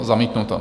Zamítnuto.